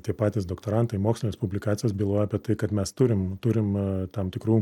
tie patys doktorantai mokslinės publikacijos byloja apie tai kad mes turim turim tam tikrų